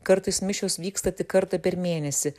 kartais mišios vyksta tik kartą per mėnesį